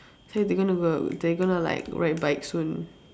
say they going to go they going to like ride bike soon